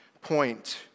point